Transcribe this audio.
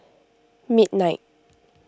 midnight